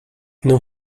não